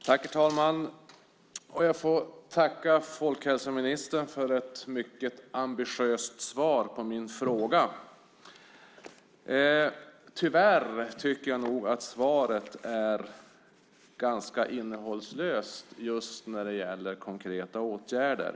Herr talman! Jag tackar folkhälsoministern för ett mycket ambitiöst svar på min fråga. Tyvärr tycker jag att svaret är ganska innehållslöst just när det gäller konkreta åtgärder.